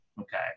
Okay